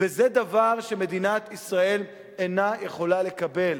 וזה דבר שמדינת ישראל אינה יכולה לקבל.